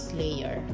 layer